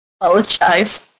Apologize